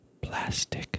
plastic